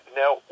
now